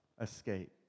escape